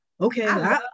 okay